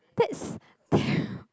that's